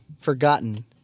forgotten